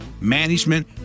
management